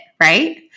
right